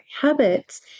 habits